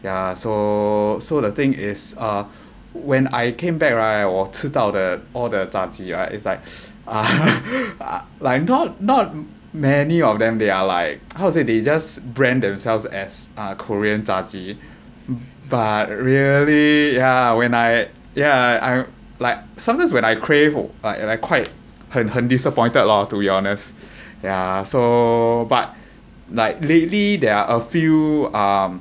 ya so so the thing is uh when I came back right 我吃到的 all the 炸鸡 right it's like like not not many of them they are like how to say they just brand themselves as a korean 炸鸡 but really yeah when I yeah I like sometimes when I crave like I quite 很很 disappointed lah to be honest yeah so but like lately there are a few um